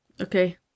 okay